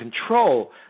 control